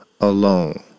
alone